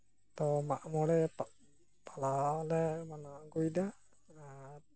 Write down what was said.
ᱫᱚ ᱢᱟᱜ ᱢᱚᱬᱮ ᱯᱟᱞᱦᱟᱣ ᱞᱮ ᱢᱟᱱᱟᱣ ᱟᱹᱜᱩᱭᱮᱫᱟ